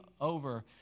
over